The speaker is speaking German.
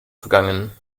vergangen